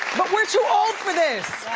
but we're too old for this!